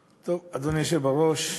טוב, אדוני היושב-ראש,